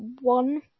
one